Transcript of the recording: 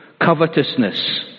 covetousness